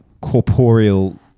corporeal